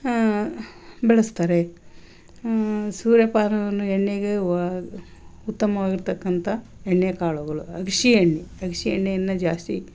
ಬಳಸ್ತಾರೆ ಸುರೇಪಾನವನ್ನು ಎಣ್ಣೆಗೆ ವ ಉತ್ತಮವಾಗಿರ್ತಕ್ಕಂತ ಎಣ್ಣೆ ಕಾಳುಗಳು ಅಗ್ಸೆ ಎಣ್ಣೆ ಅಗ್ಸೆ ಎಣ್ಣೆಯನ್ನು ಜಾಸ್ತಿ